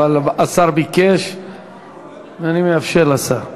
אבל השר ביקש ואני מאפשר לשר.